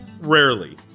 Rarely